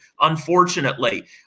unfortunately